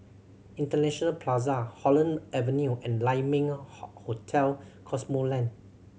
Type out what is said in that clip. International Plaza Holland Avenue and Lai Ming Hotel Cosmoland